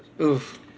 Oof